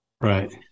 Right